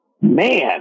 man